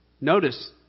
Notice